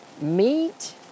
meat